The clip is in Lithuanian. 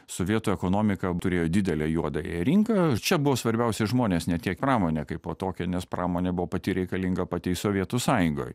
sovietų ekonomika turėjo didelę juodąją rinką čia buvo svarbiausia žmonės ne tiek pramonė kaipo tokia nes pramonė buvo pati reikalinga pati sovietų sąjungoj